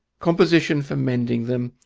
composition for mending them,